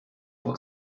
fois